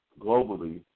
globally